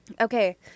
Okay